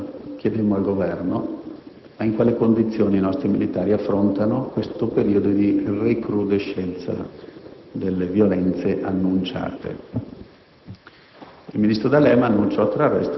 e noi nelle varie sedi chiedemmo al Governo in quali condizioni i nostri militari avrebbero affrontato questo periodo di recrudescenza delle violenze annunciate.